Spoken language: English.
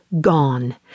gone